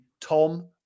tom